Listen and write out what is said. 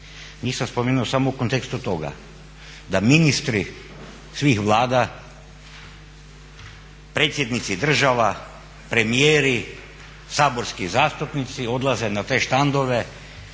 nisam spomenuo samo u kontekstu toga da ministri svih vlada predsjednici država, premijeri, saborski zastupnici odlaze na te štandove